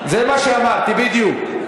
זה מה שאמרתי, בדיוק.